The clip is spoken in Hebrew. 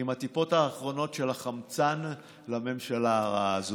עם הטיפות האחרונות של החמצן לממשלה הרעה הזאת.